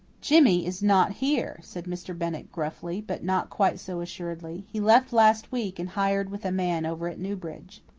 jimmy is not here, said mr. bennett gruffly but not quite so assuredly. he left last week and hired with a man over at newbridge.